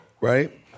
right